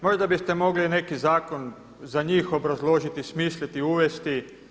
Možda biste mogli i neki zakon za njih obrazložiti, smisliti, uvesti.